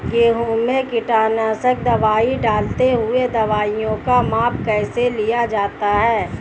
गेहूँ में कीटनाशक दवाई डालते हुऐ दवाईयों का माप कैसे लिया जाता है?